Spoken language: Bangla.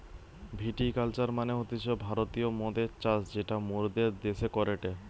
ভিটি কালচার মানে হতিছে ভারতীয় মদের চাষ যেটা মোরদের দ্যাশে করেটে